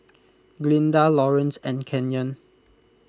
Glinda Laurance and Kenyon